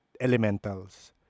elementals